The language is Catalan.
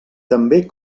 també